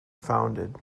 founded